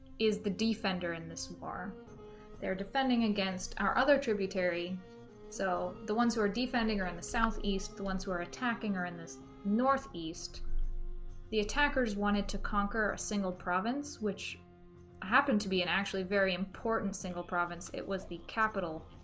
is the defender in this war they're defending against our other tributary so the ones who are defending are in the southeast the ones who are attacking are in this northeast the attackers wanted to conquer a single province which happened to be an actually very important single province it was the capital